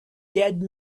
dead